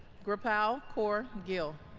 gurpal kaur gill